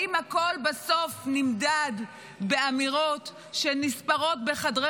האם הכול בסוף נמדד באמירות שנספרות בחדרי